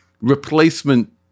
replacement